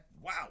wow